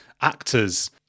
actors